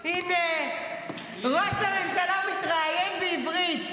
הינה, ראש הממשלה מתראיין בעברית.